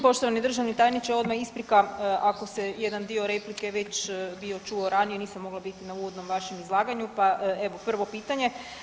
Poštovani državni tajniče odmah isprika, ako se jedan dio replike već bio čuo ranije, nisam mogla biti na uvodnom vašem izlaganju pa evo prvo pitanje.